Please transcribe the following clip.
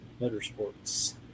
motorsports